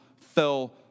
fell